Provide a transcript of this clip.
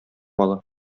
ала